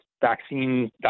vaccine